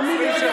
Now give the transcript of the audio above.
תאמין לי,